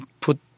put